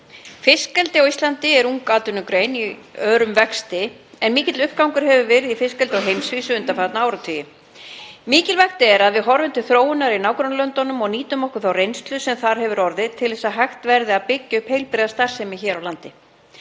Fiskeldi á Íslandi er ung atvinnugrein í örum vexti en mikill uppgangur hefur verið í fiskeldi á heimsvísu undanfarna áratugi. Mikilvægt er að við horfum til þróunar í nágrannalöndunum og nýtum okkur þá reynslu sem þar hefur orðið til svo að hægt verði að byggja upp heilbrigða starfsemi hér á landi.